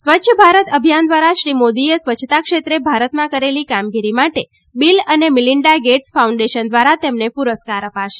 સ્વચ્છ ભારત અભિયાન દ્વારા શ્રી મોદીએ સ્વચ્છતા ક્ષેત્રે ભારતમાં કરેલી કામગીરી માટે બિલ અને મિલિન્ડા ગેટ્સ ફાઉન્ડેશન દ્વારા તેમને પુરસ્કાર અપાશે